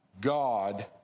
God